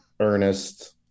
Ernest